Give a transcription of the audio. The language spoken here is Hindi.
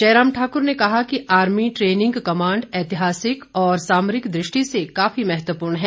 जयराम ठाक्र ने कहा कि आर्मी ट्रेनिंग कमांड ऐतिहासिक और सामरिक दृष्टि से काफी महत्वपूर्ण है